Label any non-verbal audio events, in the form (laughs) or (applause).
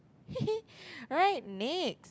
(laughs) right next